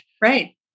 right